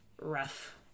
rough